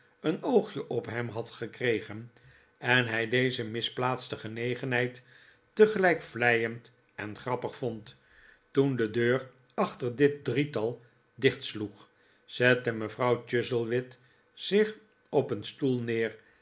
een oogje op hem had gekregen en hij deze misplaatste genegenheid tegelijk vleiend en grappig vond toen de deur achter dit drietal dichtsloeg zette mevrouw chuzzlewit zich op een stoel neer